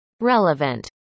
relevant